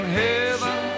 heaven